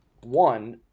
One